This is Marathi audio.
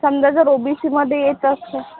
समजा जर ओ बी सीमध्ये येत असेल